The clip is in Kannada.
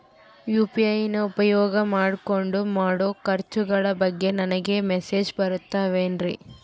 ಯು.ಪಿ.ಐ ನ ಉಪಯೋಗ ಮಾಡಿಕೊಂಡು ಮಾಡೋ ಖರ್ಚುಗಳ ಬಗ್ಗೆ ನನಗೆ ಮೆಸೇಜ್ ಬರುತ್ತಾವೇನ್ರಿ?